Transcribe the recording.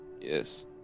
Yes